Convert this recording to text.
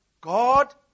God